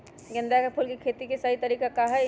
गेंदा के फूल के खेती के सही तरीका का हाई?